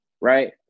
right